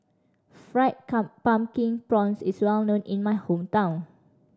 fried pumpkin prawns is well known in my hometown